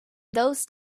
those